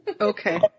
Okay